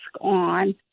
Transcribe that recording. on